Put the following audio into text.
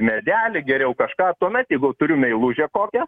medelį geriau kažką tuomet jeigu turiu meilužę kokią